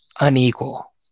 unequal